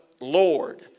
Lord